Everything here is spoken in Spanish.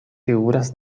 figuras